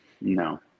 No